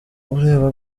ureba